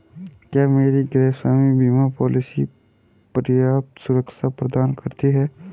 क्या मेरी गृहस्वामी बीमा पॉलिसी पर्याप्त सुरक्षा प्रदान करती है?